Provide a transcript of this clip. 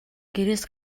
гэрээс